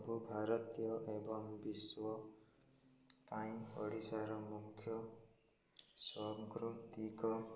ସବୁ ଭାରତୀୟ ଏବଂ ବିଶ୍ୱ ପାଇଁ ଓଡ଼ିଶାର ମୁଖ୍ୟ ସାଂସ୍କୃତିକ